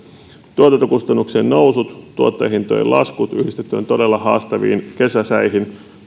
tuotantokustannuksien nousut tuottajahintojen laskut yhdistettyinä todella haastaviin kesäsäihin